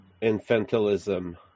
infantilism